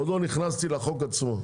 עוד לא נכנסתי לחוק עצמו.